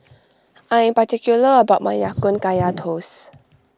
I am particular about my Ya Kun Kaya Toast